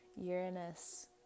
Uranus